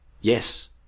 yes